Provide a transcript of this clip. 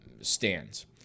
stands